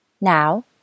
Now